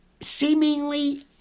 Seemingly